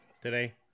today